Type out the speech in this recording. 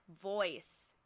Voice